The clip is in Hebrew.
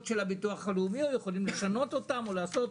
של הביטוח הלאומי או לשנות אותן או לעשות,